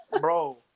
Bro